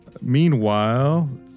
Meanwhile